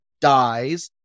dies